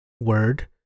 word